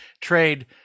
trade